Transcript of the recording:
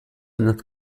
not